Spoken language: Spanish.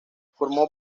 formó